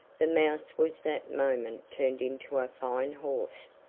the mouse was that moment turned into a fine horse,